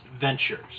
ventures